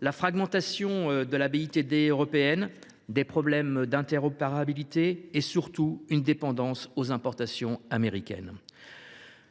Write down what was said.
la fragmentation de la BITD européenne, des problèmes d’interopérabilité et, surtout, une dépendance aux importations américaines.